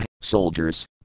Soldiers